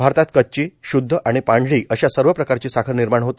भारतात कच्ची श्द्ध आणि पांढरी अशा सर्व प्रकारची साखर निर्माण होते